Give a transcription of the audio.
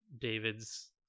david's